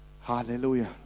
hallelujah